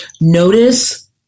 Notice